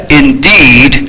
indeed